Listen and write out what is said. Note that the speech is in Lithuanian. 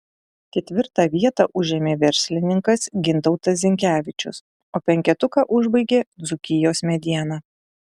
ketvirtą vietą užėmė verslininkas gintautas zinkevičius o penketuką užbaigė dzūkijos mediena